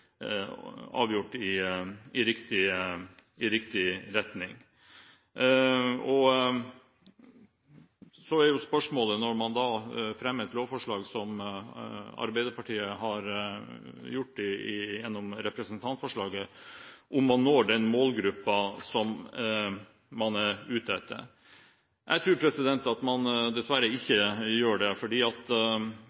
avgjort utvikler seg i riktig retning. Når man fremmer et lovforslag, som Arbeiderpartiet har gjort gjennom dette representantforslaget, blir spørsmålet om man når den målgruppen man er ute etter. Jeg tror dessverre man ikke gjør det, fordi det i utgangspunktet ikke er mangel på lovverk som medfører at